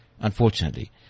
Unfortunately